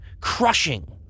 crushing